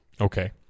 Okay